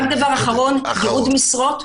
רק דבר אחרון, ייעוד משרות.